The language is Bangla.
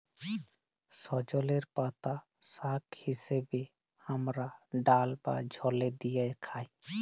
সজলের পাতা শাক হিসেবে হামরা ডাল বা ঝলে দিয়ে খাই